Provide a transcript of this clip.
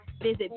Visit